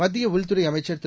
மத்தியஉள்துறைஅமைச்சர் திரு